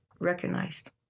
recognized